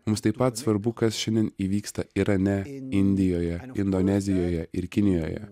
mums taip pat svarbu kas šiandien įvyksta irane indijoje indonezijoje ir kinijoje